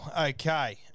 Okay